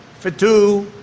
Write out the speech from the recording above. for two,